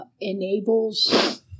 enables